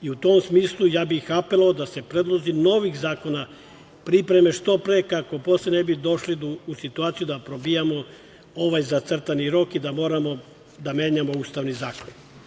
U tom smislu, apelovao bih da se predlozi novih zakona pripreme što pre, kako posle ne bismo došli u situaciju da probijamo ovaj zacrtani rok i da moramo da menjamo Ustavni zakon.